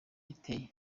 iteye